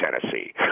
Tennessee